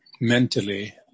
mentally